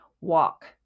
walk